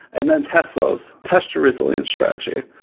and then test those. test your resilience strategy.